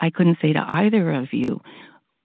i couldn't say to either of you